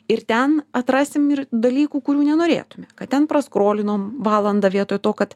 ir ten atrasim ir dalykų kurių nenorėtumėme kad ten praskrolinome valandą vietoj to kad